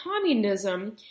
communism